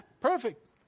perfect